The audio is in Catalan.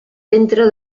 ventre